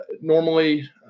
normally